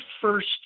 first